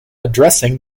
addressing